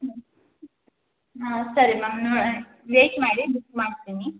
ಹ್ಞೂ ಹಾಂ ಸರಿ ವೆಯ್ಟ್ ಮಾಡಿ ಬುಕ್ ಮಾಡ್ತೀನಿ